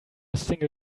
single